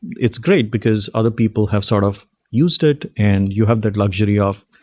it's great, because other people have sort of used it and you have their luxury of,